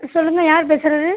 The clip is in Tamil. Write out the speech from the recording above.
சொல்லுங்கள் யார் பேசுவது